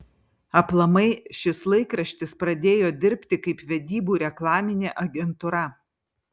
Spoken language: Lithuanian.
aplamai šis laikraštis pradėjo dirbti kaip vedybų reklaminė agentūra